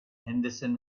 henderson